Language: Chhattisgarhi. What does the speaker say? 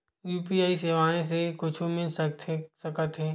यू.पी.आई सेवाएं से कुछु मिल सकत हे?